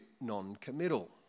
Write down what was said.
non-committal